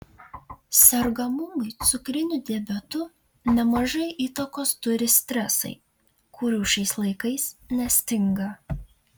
sergamumui cukriniu diabetu nemažai įtakos turi stresai kurių šiais laikais nestinga